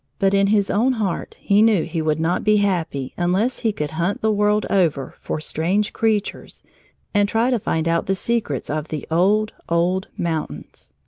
but in his own heart he knew he would not be happy unless he could hunt the world over for strange creatures and try to find out the secrets of the old, old mountains.